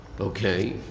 Okay